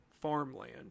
farmland